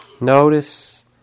Notice